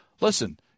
Listen